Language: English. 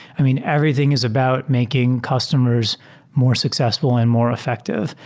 i mean, everything is about making customers more successful and more effective.